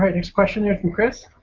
um next question yeah from chris.